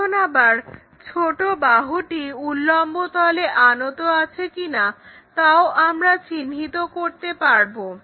এখন আবার ছোট বাহুটি অনুভূমিক তলে আনত আছে কিনা তাও আমরা চিহ্নিত করতে পারবো